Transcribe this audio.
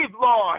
Lord